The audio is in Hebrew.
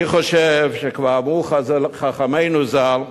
אני חושב שכבר אמרו חכמינו ז"ל: